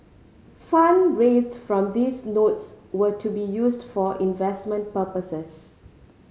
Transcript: fund raised from these notes were to be used for investment purposes